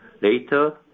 Later